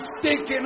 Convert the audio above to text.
stinking